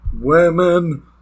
women